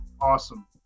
awesome